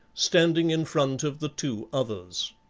standing in front of the two others.